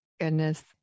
goodness